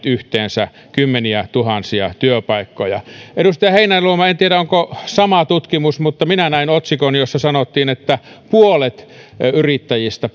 yhteensä kymmeniätuhansia työpaikkoja edustaja heinäluoma en tiedä onko sama tutkimus mutta minä näin otsikon jossa sanottiin että puolet yrittäjistä